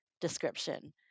description